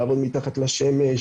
לעבוד בשמש,